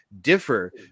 differ